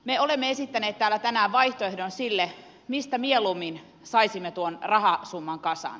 me olemme esittäneet täällä tänään vaihtoehdon mistä mieluummin saisimme tuon rahasumman kasaan